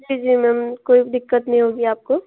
जी जी मैम कोई दिक्कत नहीं होगी आपको